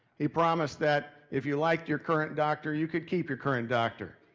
he promised that if you liked your current doctor, you could keep your current doctor.